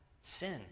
sin